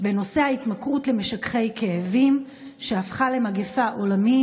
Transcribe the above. בנושא ההתמכרות למשככי כאבים, שהפכה למגפה עולמית.